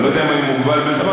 אני לא יודע אם אני מוגבל בזמן,